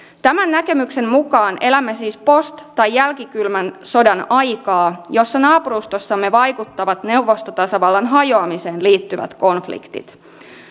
tämän näkemyksen mukaan elämme siis post tai jälki kylmän sodan aikaa jossa naapurustossamme vaikuttavat neuvostotasavallan hajoamiseen liittyvät konfliktit